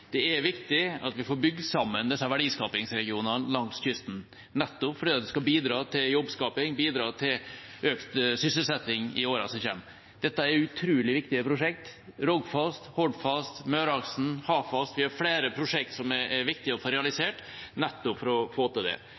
viktig at vi får bygd sammen disse verdiskapningsregionene langs kysten, nettopp fordi det skal bidra til jobbskaping, bidra til økt sysselsetting i årene som kommer. Dette er utrolig viktige prosjekt, Rogfast, Hordfast, Møreaksen, Hafast, vi har flere prosjekt som det er viktig å få realisert for nettopp å få til det.